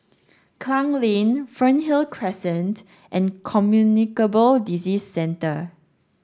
Klang Lane Fernhill Crescent and Communicable Disease Centre